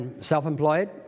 self-employed